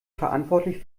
verantwortlich